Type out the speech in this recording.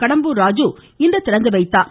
கடம்பூர் ராஜு இன்று திறந்து வைத்தார்